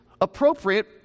Appropriate